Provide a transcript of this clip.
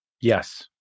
Yes